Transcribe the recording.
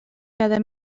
cada